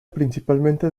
principalmente